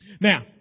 Now